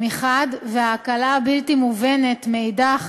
מחד גיסא ובהקלה הבלתי-מובנת מאידך